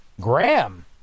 Graham